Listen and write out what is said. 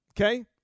Okay